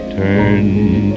turned